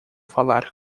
falar